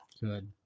Good